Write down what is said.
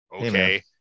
Okay